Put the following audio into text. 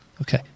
Okay